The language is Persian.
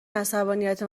عصبانیت